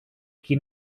qui